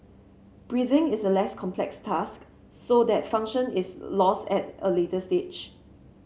breathing is a less complex task so that function is lost at a later stage